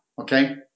okay